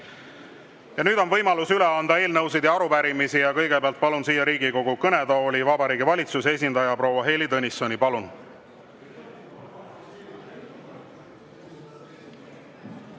Nüüd on võimalus üle anda eelnõusid ja arupärimisi. Kõigepealt palun siia Riigikogu kõnetooli Vabariigi Valitsuse esindaja proua Heili Tõnissoni. Palun!